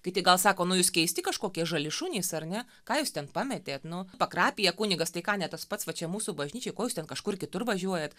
kiti gal sako nu jūs keisti kažkokie žali šunys ar ne ką jūs ten pametėt nu pakrapija kunigas tai ką ne tas pats va čia mūsų bažnyčioj ko jūs ten kažkur kitur važiuojat